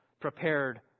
prepared